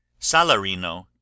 salarino